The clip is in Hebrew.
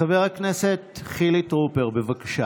חבר הכנסת חילי טרופר, בבקשה.